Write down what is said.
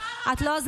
לצעוק, לא לצעוק.